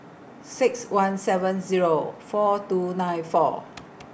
six one seven Zero four two nine four